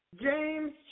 James